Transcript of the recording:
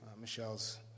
Michelle's